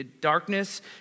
darkness